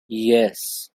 yes